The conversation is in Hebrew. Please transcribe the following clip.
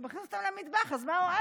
אתה מכניס אותן למטבח, אז מה הועלת?